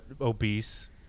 obese